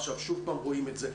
עכשיו שוב רואים את זה.